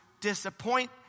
disappoint